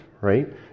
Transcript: right